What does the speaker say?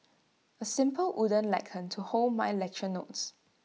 A simple wooden lectern to hold my lecture notes